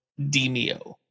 Demio